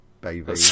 baby